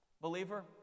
believer